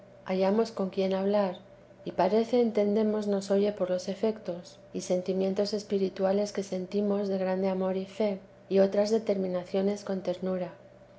hallamos con quien hablar y parece entendemos nos oye por los efetos y sentimientos espirituales que sentimos de grande amor y fe y otras determinaciones con ternura